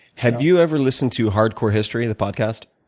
have you ever listened to hard core history, the podcast?